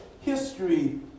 history